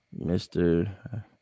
mr